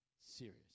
serious